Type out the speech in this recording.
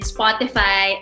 Spotify